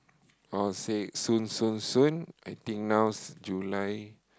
all said soon soon soon I think now July